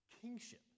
kingship